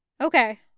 Okay